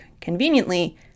Conveniently